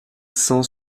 cent